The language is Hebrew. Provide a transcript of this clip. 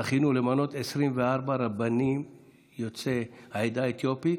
זכינו למנות 24 רבנים יוצאי העדה האתיופית,